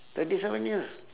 thirty seven years